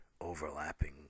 Overlapping